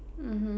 mmhmm